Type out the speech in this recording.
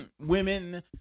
women